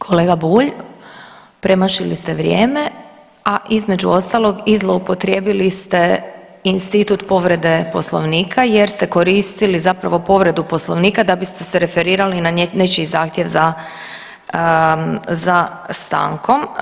Kolega Bulj, premašili ste vrijeme, a između ostalog i zloupotrijebili ste institut povrede Poslovnika jer ste koristili zapravo povredu Poslovnika da biste se referirali na nečiji zahtjev za, za stankom.